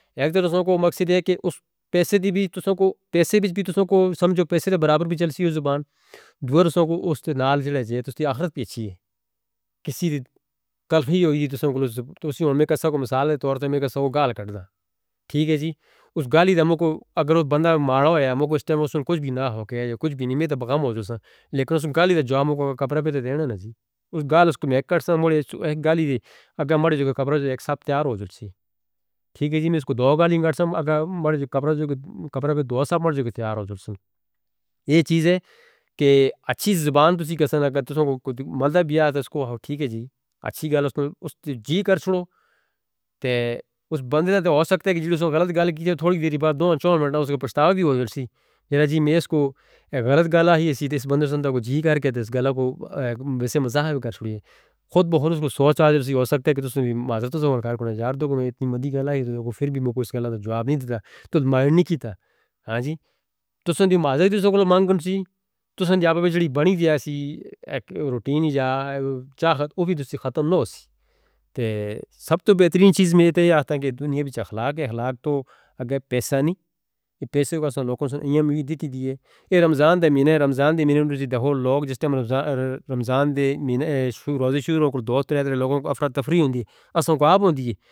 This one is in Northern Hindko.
ایک درسو کو مکسی دیے کہ پیسے بھی تو سن کو سمجھو پیسے سے برابر بھی چلسی یہ زبان دوسروں کو اس نال جڑنا جائے توستی آخرت بھی اچھی ہے۔ کسی دی کلپ ہی ہوئی دی توسن کو مثال دی طور پر میکسہ کو گال کر دا ٹھیک ہے جی۔ اس گالی رام کو اگر بندہ مارا ہویا ہے امکو اس ٹیم پرسن کچھ بھی نہ ہو کے یا کچھ بھی نہیں میں تو بغام ہو جوسا لیکن اس گال جاں موکو کپڑے پر دے دینا نا جی۔ اس گال اس کو میں کرسن موڑی ایسی گالی دی اگر مارے جو کپڑے پر دو سا مار جو تیار ہو جوسا ٹھیک ہے جی۔ میں اس کو دو گالی کرسن اگر مارے جو کپڑے پر دو سا مار جو تیار ہو جوسا یہ چیز ہے کہ اچھی زبان توسی کہہ سنا کہ تسوں کو ملدہ بھی آتا اس کو ٹھیک ہے جی۔ اچھی گال اس کو جی کر سنو اس بندے دا تو ہو سکتا ہے کہ جدو سن غلط گال کیجئے تھوڑی دیر بعد دو انچوں منٹہ اس کو پشٹا بھی ہو جوسا جینا جی۔ میں اس کو غلط گال ہی ایسی تھی اس بندے سن دا کو جی کر کے اس گال کو ویسے مزاحب کر سنئے خود بخون اس کو سوچ آ جوسا ہو سکتا ہے کہ تسوں بھی معذرت تسوں کو کار کنہ یار دو کنہ اتنی مڈی گالہ ہے تو اس کو پھر بھی موکو اس گالہ دا جواب نہیں دیتا تو مارنی کیتا ہاں جی۔ تسوں دی معذرت تسوں کو مانگ کنسی تسوں دی آبہ بے جڑی بنی دی ہے سی روٹین ہی جا چاخد وہ بھی تسے ختم نہ ہو سی۔ سب تو بہترین چیز میرے تو یہ آتا ہے کہ دنیا بھیچ اخلاق ہے۔ اخلاق تو اگر پیسہ نہیں پیسے کو اصلاں لوگوں سن اینیاں مید دی دی ہے۔ یہ رمضان دے مینے ہے رمضان دے مینے انڈوزی دہور لوگ جس طرح رمضان دے مینے روزے شروع ہوکل دوہست رہتے لوگوں کو افرد تفرہ ہوندی اصلاں کو آپ ہوندی ہے.